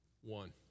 one